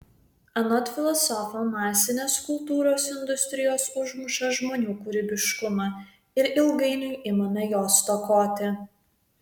anot filosofo masinės kultūros industrijos užmuša žmonių kūrybiškumą ir ilgainiui imame jo stokoti